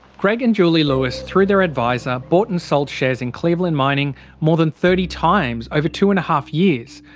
greg and julie lewis, through their adviser, bought and sold shares in cleveland mining more than thirty times over two and a half years,